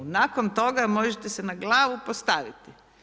Nakon toga možete se na glavu postaviti.